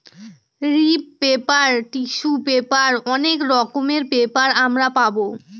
রিপ্র paper, tissue paper অনেক রকমের পেপার আমরা পাবো